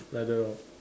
like the